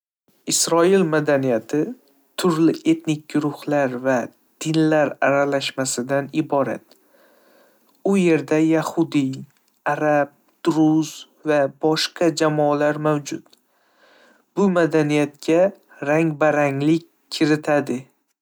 Isroil madaniyati turli etnik guruhlar va dinlar aralashmasidan iborat. U yerda yahudiy, arab, druz va boshqa jamoalar mavjud, bu madaniyatga rang-baranglik kiritadi.